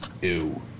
Ew